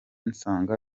nsanga